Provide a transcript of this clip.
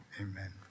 amen